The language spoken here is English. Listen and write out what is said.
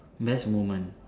best moment